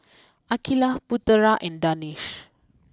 Aqilah Putera and Danish